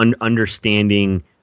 understanding